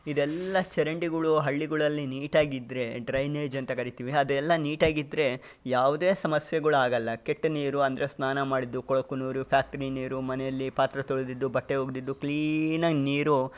ಇದೆಲ್ಲ ಚರಂಡಿಗಳು ಹಳ್ಳಿಗಳಲ್ಲಿ ನೀಟಾಗಿ ಇದ್ದರೆ ಡ್ರೈನೇಜ್ ಅಂತ ಕರಿತೀವಿ ಅದೆಲ್ಲ ನೀಟಾಗಿ ಇದ್ದರೆ ಯಾವುದೇ ಸಮಸ್ಯೆಗಳು ಆಗೋಲ್ಲ ಕೆಟ್ಟ ನೀರು ಅಂದರೆ ಸ್ನಾನ ಮಾಡಿದ್ದು ಕೊಳಕು ನೀರು ಫ್ಯಾಕ್ಟ್ರೀ ನೀರು ಮನೆಯಲ್ಲಿ ಪಾತ್ರೆ ತೊಳೆದಿದ್ದು ಬಟ್ಟೆ ಒಗೆದಿದ್ದು ಕ್ಲೀನಾಗಿ ನೀರು